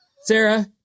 Sarah